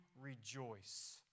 rejoice